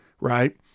right